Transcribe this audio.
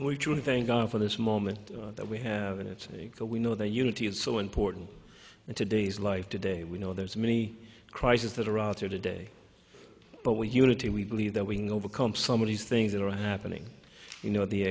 and we truly thank god for this moment that we have and it's a we know the unity is so important in today's life today we know there's many crises that are out there today but we unity we believe that we overcome some of these things that are happening you know the